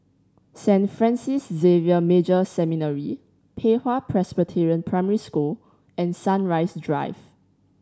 Saint Francis Xavier Major Seminary Pei Hwa Presbyterian Primary School and Sunrise Drive